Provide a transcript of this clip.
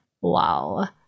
wow